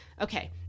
Okay